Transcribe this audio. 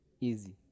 easy